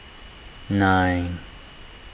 nine